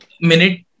Minute